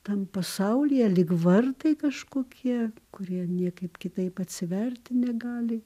tam pasaulyje lyg vartai kažkokie kurie niekaip kitaip atsiverti negali